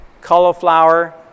cauliflower